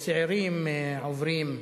צעירים עוברים,